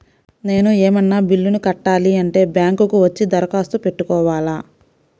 నేను ఏమన్నా బిల్లును కట్టాలి అంటే బ్యాంకు కు వచ్చి దరఖాస్తు పెట్టుకోవాలా?